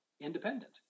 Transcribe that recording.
independent